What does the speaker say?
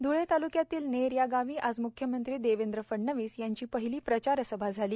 ध्ळे ताल्क्यातील नेर या गावी आज म्ख्यमंत्री देवेंद्र फडणवीस यांची पहिली प्रचार सभा झाली